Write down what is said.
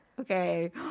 Okay